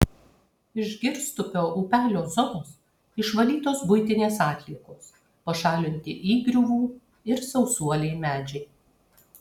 iš girstupio upelio zonos išvalytos buitinės atliekos pašalinti įgriuvų ir sausuoliai medžiai